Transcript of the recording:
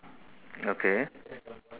okay